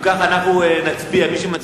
אם כך, אנחנו נעבור להצבעה.